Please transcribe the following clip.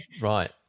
Right